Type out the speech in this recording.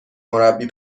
مربی